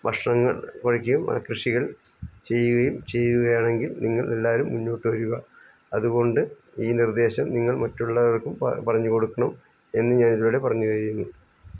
ഭക്ഷണങ്ങൾ കഴിക്കുകയും ആ കൃഷികൾ ചെയ്യുകയും ചെയ്യുകയാണെങ്കിൽ നിങ്ങൾ എല്ലാരും മുന്നോട്ട് വരിക അതുകൊണ്ട് ഈ നിർദ്ദേശം നിങ്ങൾ മറ്റുള്ളവർക്കും പറഞ്ഞു കൊടുക്കണം എന്ന് ഞാൻ ഇതോടെ പറഞ്ഞുകഴിയുന്നു